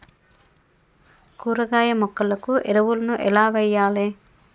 కూరగాయ మొక్కలకు ఎరువులను ఎలా వెయ్యాలే?